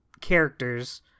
characters